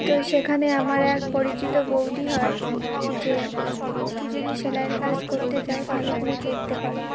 তো সেখানে আমার এক পরিচিত বৌদি হয় যে তুই যদি সেলাইয়ের কাজ করতে চাও তাহলে তুমি করতে পারো